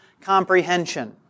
comprehension